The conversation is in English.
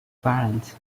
parents